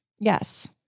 Yes